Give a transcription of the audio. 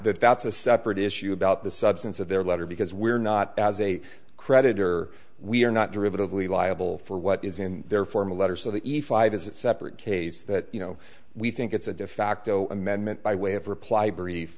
that that's a separate issue about the substance of their letter because we're not as a creditor we are not derivative lee liable for what is in their formal letter so the effect is it separate case that you know we think it's a defacto amendment by way of reply brief